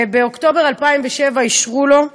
ובאוקטובר 2007 אישרו לו,